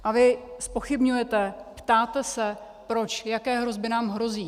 A vy zpochybňujete, ptáte se proč, jaké hrozby nám hrozí.